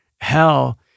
hell